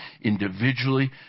individually